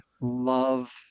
love